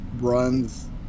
runs